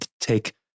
take